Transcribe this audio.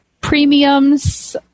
premiums